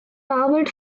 powered